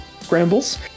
scrambles